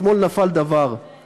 אתמול נפל דבר,